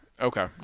Okay